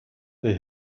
der